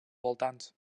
voltants